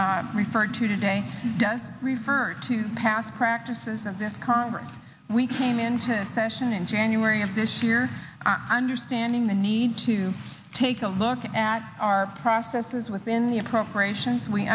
referred to today does refer to past practices of this congress we came into session in january of this year understanding the need to take a look at our processes within the appropriations we